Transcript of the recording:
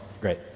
great